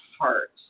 heart